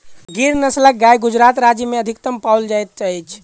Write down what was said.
गिर नस्लक गाय गुजरात राज्य में अधिकतम पाओल जाइत अछि